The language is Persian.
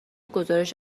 گزارش